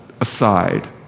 aside